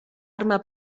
arma